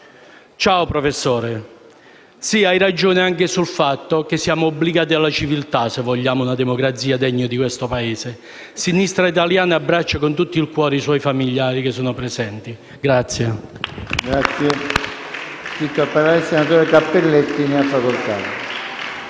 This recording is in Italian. Ciao professore, sì, hai ragione anche sul fatto che siamo obbligati alla civiltà se vogliamo una democrazia degna di questo Paese. Sinistra Italiana abbraccia con tutto il cuore i suoi familiari che sono presenti oggi